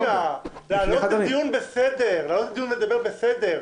לעלות לדיון ולדבר זה בסדר.